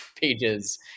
pages